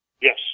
Yes